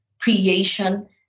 creation